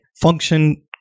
function